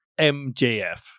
MJF